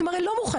אתם הרי לא מוכנים,